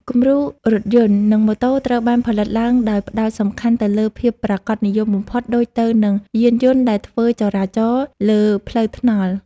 គំរូរថយន្ត និងម៉ូតូត្រូវបានផលិតឡើងដោយផ្ដោតសំខាន់ទៅលើភាពប្រាកដនិយមបំផុតដូចទៅនឹងយានយន្តដែលធ្វើចរាចរណ៍លើផ្លូវថ្នល់។